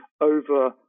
over